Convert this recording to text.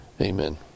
Amen